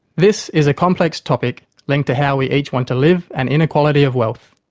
this is a complex topic linked to how we each want to live and inequality of wealth.